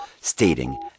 stating